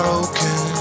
Broken